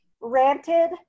ranted